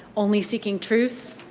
only seeking truths.